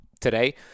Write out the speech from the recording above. today